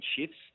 shifts